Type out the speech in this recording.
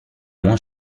moins